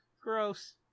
Gross